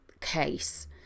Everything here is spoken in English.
case